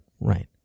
right